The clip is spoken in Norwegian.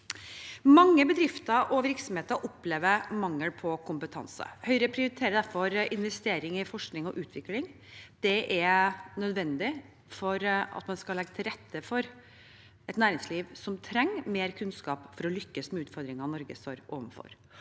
Mange bedrifter og virksomheter opplever mangel på kompetanse. Høyre prioriterer derfor investering i forskning og utvikling. Det er nødvendig for at man skal legge til rette for et næringsliv som trenger mer kunnskap for å lykkes med utfordringene Norge står overfor.